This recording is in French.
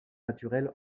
naturel